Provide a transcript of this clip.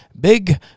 Big